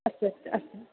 अस्तु अस्तु अस्तु